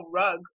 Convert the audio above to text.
rug